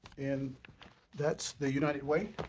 and that's the united way.